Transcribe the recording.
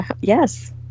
yes